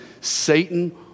Satan